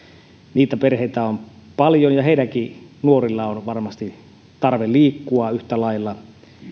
niitä perheitä on paljon ja heidänkin nuorillaan on varmasti tarve liikkua yhtä lailla